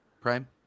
prime